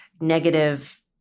negative